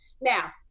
Now